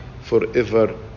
forever